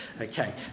okay